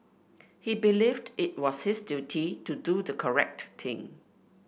he believed it was his duty to do the correct thing